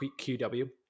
QW